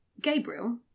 Gabriel